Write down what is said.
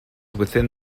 within